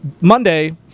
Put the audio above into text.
Monday